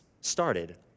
started